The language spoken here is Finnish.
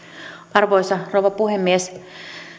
arvoisa rouva puhemies